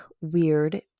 weird